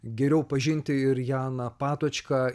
geriau pažinti ir janą patočką